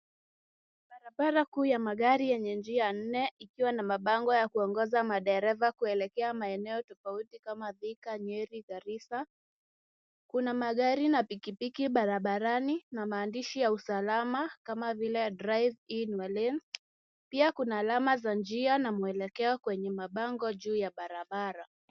Barabara kuu ya magari yenye njia nne ikiwa na mabango ya kuongoza madereva kuelekea maeno tofauti kama Thika, Nyeri, Garissa. Kuna magari na pikipiki barabarani na maandishi ya usalama kama vile Drive in Your Lane . Pia kuna alama za njia na mwelekeo kwenye mabango juu ya barabara.